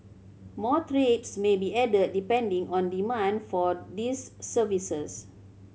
more trips may be added depending on demand for these services